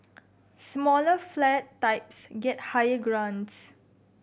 smaller flat types get higher grants